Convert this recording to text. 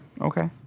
Okay